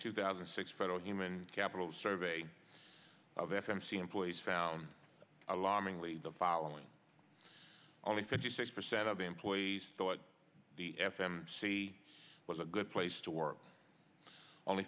two thousand and six federal human capital survey of s m c employees found alarmingly the following only fifty six percent of employees thought the f m c was a good place to work only